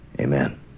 Amen